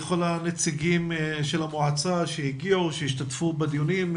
לכל הנציגים של המועצה שהגיעו והשתתפו בדיונים.